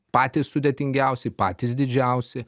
patys sudėtingiausi patys didžiausi